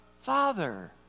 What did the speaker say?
father